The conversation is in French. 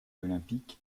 olympique